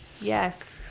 Yes